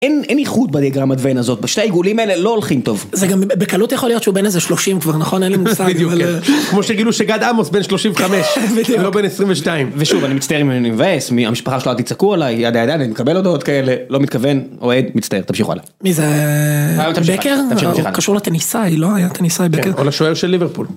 אין איכות בדיאגרמת ון הזאת, בשני העיגולים האלה לא הולכים טוב. זה גם בקלות יכול להיות שהוא בן איזה 30 כבר נכון אין לי מושג כמו שיגידו שגד עמוס בין 35 לא בין 22 ושוב אני מצטער אם אני מבאס מהמשפחה שלו אל תצעקו עליי ידה ידה ידה אני מקבל הודעות כאלה לא מתכוון אוהד מצטער תמשיכו הלאה. מי זה בקר קשור לטניסאי לא היה טניסאי בקר או לשוער של ליברפול.